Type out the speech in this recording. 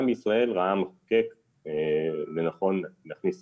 גם בישראל ראה המחוקק לנכון להכניס